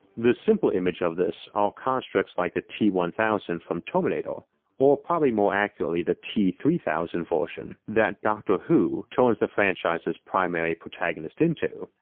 the simple image of this are constructs like the t one thousand from terminator or probably more accurately the t three thousand version that doctor who turns the franchise's primary protagonist into,